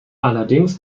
allerdings